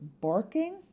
barking